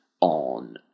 on